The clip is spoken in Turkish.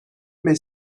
beş